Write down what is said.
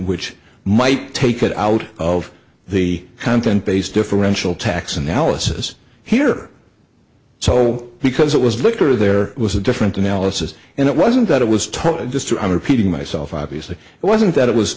which might take it out of the content based differential tax analysis here so because it was liquor there was a different analysis and it wasn't that it was tough just to i'm repeating myself i obviously wasn't that it was